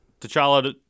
T'Challa